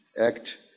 act